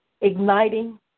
igniting